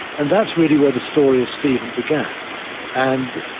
and that's really where the story of stephen began and,